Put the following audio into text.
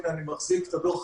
הינה, אני מחזיק את הדוח.